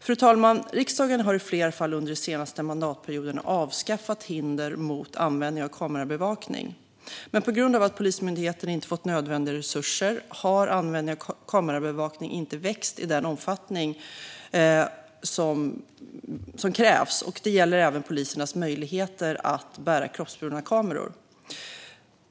Fru talman! Riksdagen har i flera fall under de senaste mandatperioderna avskaffat hinder mot användning av kamerabevakning. Men på grund av att Polismyndigheten inte fått nödvändiga resurser har användningen av kamerabevakning inte växt i den omfattning som krävs. Det gäller även polisernas möjligheter att bära kroppsburna kameror.